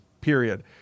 period